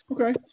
Okay